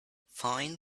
find